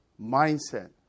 mindset